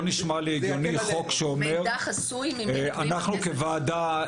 אנחנו כוועדה,